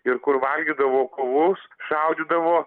ir kur valgydavo kovus šaudydavo